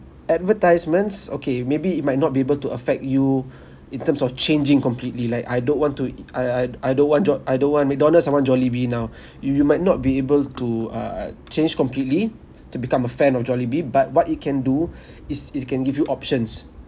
advertisements okay maybe it might not be able to affect you in terms of changing completely like I don't want to I I'd I don't want jo~ I don't want mcdonald's I want jollibee now you you might not be able to uh uh change completely to become a fan of jollibee but what it can do is it can give you options